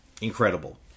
incredible